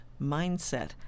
Mindset